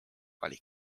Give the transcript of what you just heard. valik